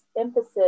emphasis